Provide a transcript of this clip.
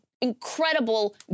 incredible